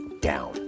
down